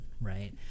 right